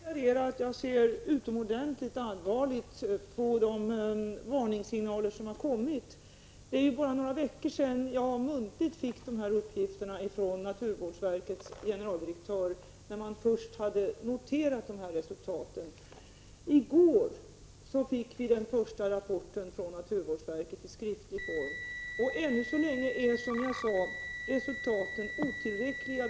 Fru talman! Låt mig först deklarera att jag ser utomordentligt allvarligt på de varningssignaler som har kommit. Det är bara några veckor sedan jag muntligt fick uppgifterna från naturvårdsverkets generaldirektör, när verket först hade noterat dessa resultat. I går fick vi den första skriftliga rapporten från naturvårdsverket. Ännu så länge är, som jag sade, resultaten otillräckliga.